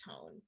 tone